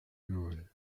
rule